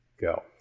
go